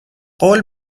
قول